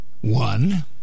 One